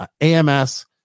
AMS